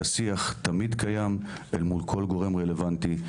השיח תמיד קיים אל מול גורם רלוונטי,